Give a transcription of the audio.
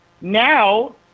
now